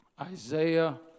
Isaiah